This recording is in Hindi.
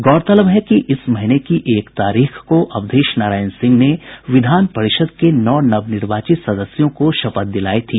गौरतलब है कि इस महीने की एक तारीक्ष को अवधेश नारायण सिंह ने विधान परिषद के नौ नवनिर्वाचित सदस्यों को शपथ दिलायी थी